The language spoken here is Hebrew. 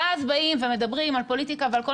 ואז באים ומדברים על פוליטיקה ועל כל